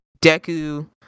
Deku